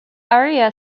area